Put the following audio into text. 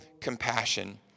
compassion